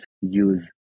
use